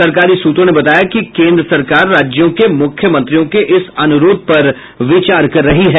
सरकारी सूत्रों ने बताया कि केन्द्र सरकार राज्यों के मुख्यमंत्रियों के इस अनुरोध पर विचार कर रही है